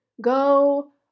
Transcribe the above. Go